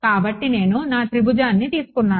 కాబట్టి నేను నా త్రిభుజాన్ని తీసుకున్నాను